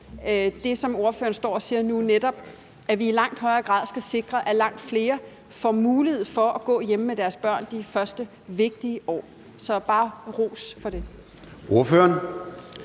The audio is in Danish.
det, som ordføreren står og siger nu, netop at vi i langt højere grad skal sikre, at langt flere får mulighed for at gå hjemme med deres børn de første vigtige år. Så bare ros for det. Kl.